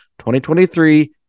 2023